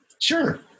Sure